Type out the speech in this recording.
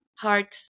heart